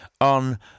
on